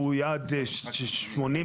והיעד של 80%,